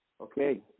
Okay